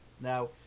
Now